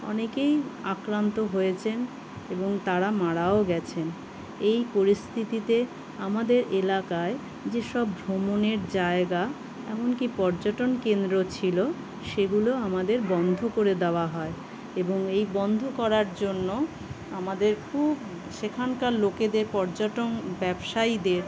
অনেকেই আক্রান্ত হয়েছেন এবং তারা মারাও গিয়েছেন এই পরিস্থিতিতে আমাদের এলাকায় যেসব ভ্রমণের জায়গা এমনকি পর্যটন কেন্দ্র ছিল সেগুলো আমাদের বন্ধ করে দেওয়া হয় এবং এই বন্ধ করার জন্য আমাদের খুব সেখানকার লোকেদের পর্যটন ব্যবসায়ীদের